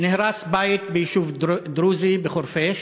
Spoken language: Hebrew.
נהרס בית ביישוב דרוזי, בחורפיש,